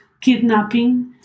kidnapping